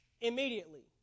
immediately